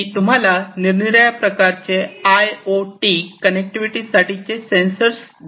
मी तुम्हाला निरनिराळ्या प्रकारचे आय ओ टी कनेक्टिविटी साठीचे सेन्सर्स दाखविले आहे